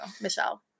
Michelle